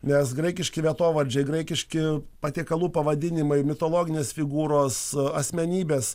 nes graikiški vietovardžiai graikiški patiekalų pavadinimai mitologinės figūros asmenybės